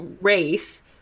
race